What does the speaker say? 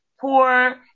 poor